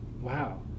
Wow